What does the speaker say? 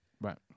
Right